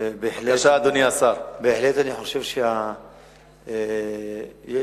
בהחלט אני חושב שיש